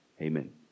Amen